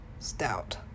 Stout